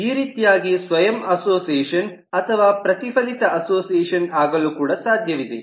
ಈ ರೀತಿಯಾಗಿ ಸ್ವಯಂ ಅಸೋಸಿಯೇಷನ್ ಅಥವಾ ಪ್ರತಿಫಲಿತ ಅಸೋಸಿಯೇಷನ್ ಆಗಲು ಕೂಡ ಸಾಧ್ಯವಿದೆ